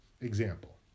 Example